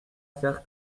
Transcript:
faire